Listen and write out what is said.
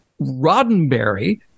roddenberry